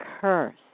curse